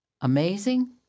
Amazing